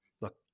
look